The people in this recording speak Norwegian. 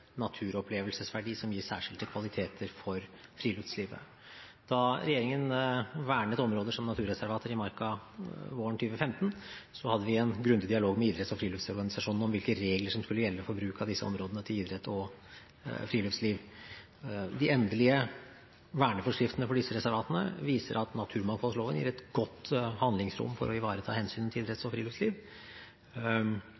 naturopplevelsesverdi som gir særskilte kvaliteter for friluftslivet. Da regjeringen vernet områder som naturreservater i marka våren 2015, hadde vi en grundig dialog med idretts- og friluftsorganisasjonene om hvilke regler som skulle gjelde for bruk av disse områdene til idrett og friluftsliv. De endelige verneforskriftene for disse reservatene viser at naturmangfoldloven gir et godt handlingsrom for å ivareta hensyn til